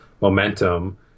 momentum